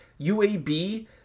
UAB